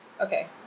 Okay